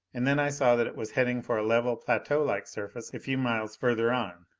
and then i saw that it was heading for a level, plateaulike surface a few miles further on.